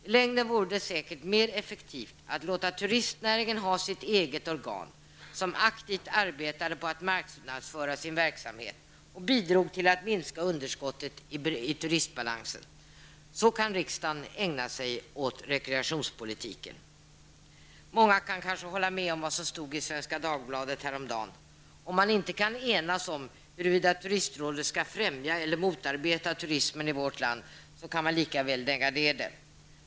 I längden vore det säkert mera effektivt att låta turistnäringen ha sitt eget organ som aktivt arbetar med att marknadsföra sin verksamhet och bidrar till att minska underskottet i turistbalansen. Riksdagen skulle då kunna ägna sig åt rekreationspolitiken. Många kan kanske hålla med om vad som stod i Svenska Dagbladet häromdagen. Om man inte kan enas om huruvida turistrådet skall främja eller motarbeta turismen i vårt land, kan man lika väl lägga ner det.